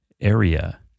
Area